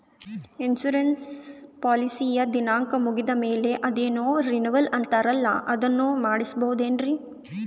Insurance ಪಾಲಿಸಿಯ ದಿನಾಂಕ ಮುಗಿದ ಮೇಲೆ ಅದೇನೋ ರಿನೀವಲ್ ಅಂತಾರಲ್ಲ ಅದನ್ನು ಮಾಡಿಸಬಹುದೇನ್ರಿ?